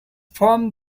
from